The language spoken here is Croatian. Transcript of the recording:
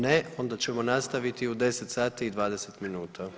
Ne, onda ćemo nastaviti u 10 sati i 20 minuta.